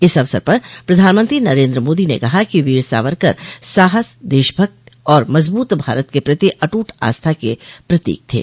इस अवसर पर प्रधानमंत्री नरेन्द्र मोदी ने कहा कि वीर सावरकर साहस देशभक्ति और मजबूत भारत के प्रति अट्रट आस्था के प्रतीक थे